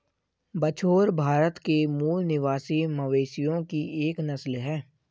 बछौर भारत के मूल निवासी मवेशियों की एक नस्ल है